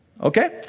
Okay